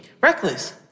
Reckless